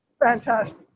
fantastic